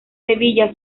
sevilla